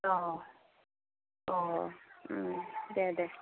अ अ दे दे